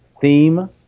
theme